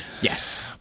yes